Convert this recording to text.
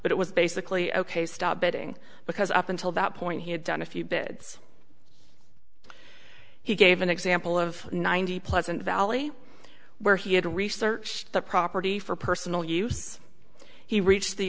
but it was basically ok stop betting because up until that point he had done a few bits he gave an example of ninety pleasant valley where he had researched the property for personal use he reached the